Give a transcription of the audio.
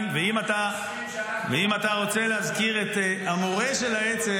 -- אני מסכים שאנחנו ----- ואם אתה רוצה להזכיר את המורה של האצ"ל,